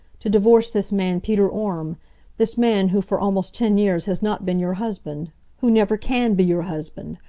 to divorce this man peter orme this man who for almost ten years has not been your husband who never can be your husband.